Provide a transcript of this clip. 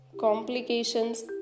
complications